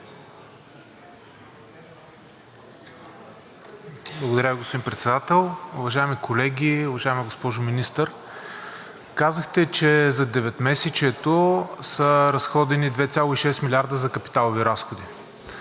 Благодаря, господин Председател. Уважаеми колеги, уважаема госпожо Министър! Казахте, че за деветмесечието са разходени 2,6 милиарда за капиталови разходи.